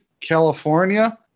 California